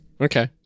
Okay